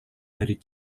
dari